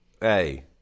Hey